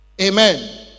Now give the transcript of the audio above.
Amen